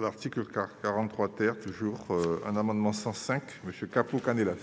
l'article car 43 ter toujours un amendement 105 monsieur Capo Canellas.